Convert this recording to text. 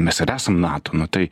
mes ir esam nato nu tai